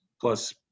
plus